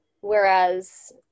Whereas